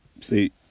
see